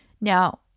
Now